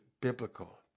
biblical